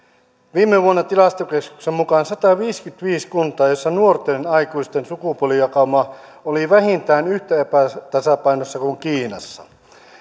viime vuonna tilastokeskuksen mukaan sataviisikymmentäviisi kuntaa joissa nuorten aikuisten sukupuolijakauma oli vähintään yhtä epätasapainossa kuin kiinassa